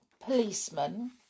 policeman